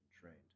Trained